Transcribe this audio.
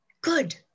good